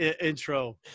intro